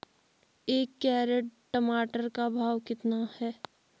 एक कैरेट टमाटर का भाव कितना है?